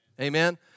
Amen